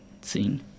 seen